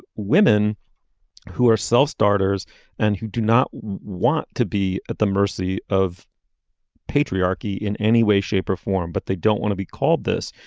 women who are self starters and who do not want to be at the mercy of patriarchy in any way shape or form but they don't want to be called this.